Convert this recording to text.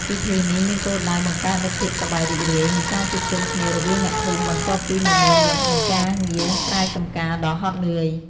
ពិធីនេះមានគោលដៅបង្កើតនូវភាពសប្បាយរីករាយ និងការជួបជុំគ្នារវាងអ្នកភូមិបន្ទាប់ពីមមាញឹកនឹងការងារស្រែចម្ការដ៏ហត់នឿយ។